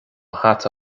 hata